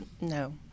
No